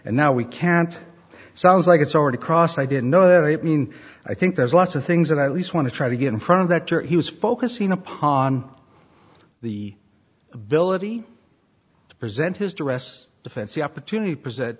and now we can't sounds like it's already crossed i didn't know that i mean i think there's lots of things that at least want to try to get in front of that or he was focusing upon the ability to present his to rest defense the opportunity presented